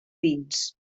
vins